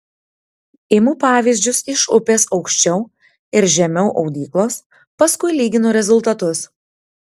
imu pavyzdžius iš upės aukščiau ir žemiau audyklos paskui lyginu rezultatus